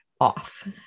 off